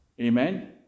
Amen